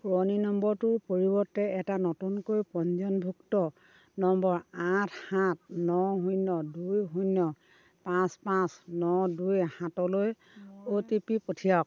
পুৰণি নম্বৰটোৰ পৰিৱৰ্তে এটা নতুনকৈ পঞ্জীয়নভুক্ত নম্বৰ আঠ সাত ন শূন্য দুই শূন্য পাঁচ পাঁচ ন দুই সাতলৈ অ' টি পি পঠিয়াওক